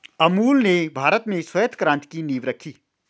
अमूल ने भारत में श्वेत क्रान्ति की नींव रखी